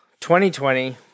2020